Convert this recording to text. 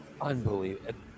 Unbelievable